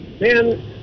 man